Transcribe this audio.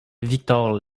victor